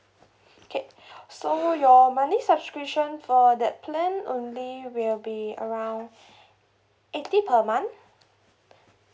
okay so your monthly subscription for that plan only will be around eighty per month